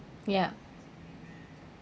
ya